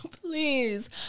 Please